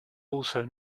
also